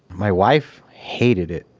my wife hated it.